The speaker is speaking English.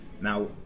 Now